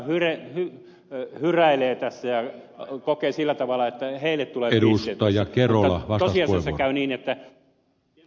kokoomushan hyräilee tässä ja kokee sillä tavalla että heille tulee pisteitä siitä mutta tosiasiassa käy niin että demareitten kannatus tässä nousee